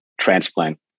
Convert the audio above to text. transplant